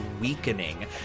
weakening